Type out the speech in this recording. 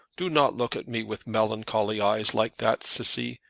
do not look at me with melancholy eyes like that. cissy,